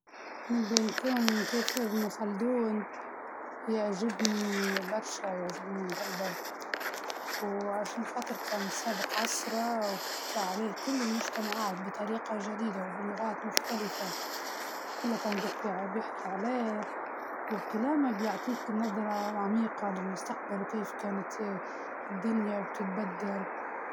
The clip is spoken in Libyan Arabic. نحب قصة خولة، خولة بنت الأجواء، كانت شجاعة، وقوية، وما استسلمت للظروف، هذا الشي يعطيني دافع بشدة. هذا الشيء يعطيني دافع بالشدة